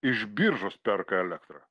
iš biržos perka elektrą